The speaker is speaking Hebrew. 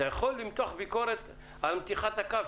אתה יכול למתוח ביקורת על מתיחת הקו,